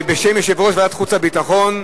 בשם יושב-ראש ועדת החוץ והביטחון,